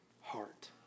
heart